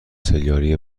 ســریالی